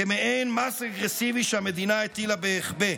כמעין מס אגרסיבי שהמדינה הטילה בהיחבא.